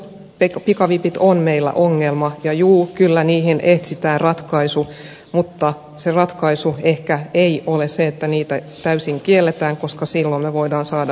juu pikavipit ovat meillä ongelma ja juu kyllä niihin etsitään ratkaisu mutta se ratkaisu ehkä ei ole se että ne täysin kielletään koska silloin me voimme saada perustuslakiongelmia